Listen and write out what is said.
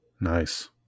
Nice